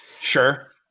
Sure